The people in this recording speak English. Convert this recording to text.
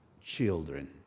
children